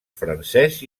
francès